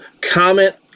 comment